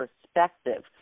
perspective